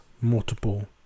multiple